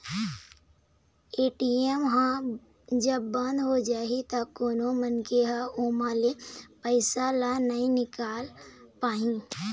ATM ह जब बंद हो जाही त कोनो मनखे ह ओमा ले पइसा ल नइ निकाल पाही